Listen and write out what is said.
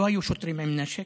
לא היו שוטרים עם נשק,